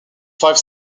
five